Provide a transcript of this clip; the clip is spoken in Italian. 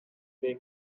dei